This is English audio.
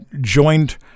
joined